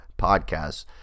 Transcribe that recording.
podcasts